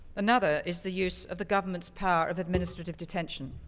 another is the use of the government's power of administrative detention.